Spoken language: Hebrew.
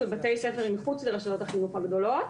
ובתי ספר מחוץ לרשתות החינוך הגדולות,